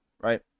right